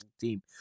team